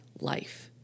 life